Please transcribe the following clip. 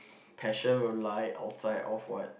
passion will like outside of what